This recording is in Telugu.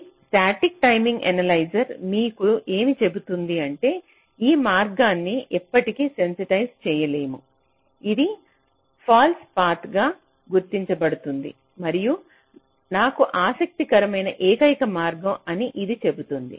మీ స్టాటిక్ టైమింగ్ ఎనలైజర్ మీకు ఏమి చెబుతుంది అంటే ఈ మార్గాన్ని ఎప్పటికీ సెన్సిటైజ్డ్ చేయలేము ఇది ఫాల్స్ పాత్ గా గా గుర్తించబడుతుంది మరియు నాకు ఆసక్తి కరమైన ఏకైక మార్గం అని ఇది చెబుతుంది